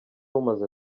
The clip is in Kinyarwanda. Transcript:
umaze